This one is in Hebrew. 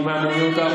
לא מעניין חצי דבר?